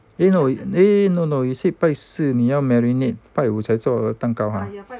eh no eh no no you said 拜四你要 marinate 拜五才做蛋糕